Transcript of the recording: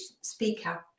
speaker